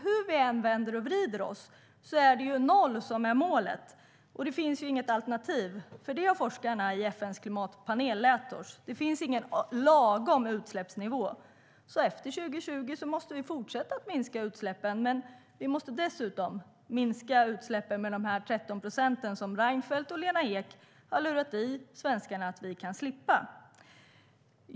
Hur vi än vänder och vrider oss är det 0 som är målet. Det finns inget alternativ. Det har forskarna i FN:s klimatpanel lärt oss. Det finns ingen lagom utsläppsnivå. Efter 2020 måste vi fortsätta att minska utsläppen, men vi måste dessutom minska utsläppen med de 13 procenten som Reinfeldt och Lena Ek har lurat i svenskarna att vi kan slippa.